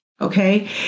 Okay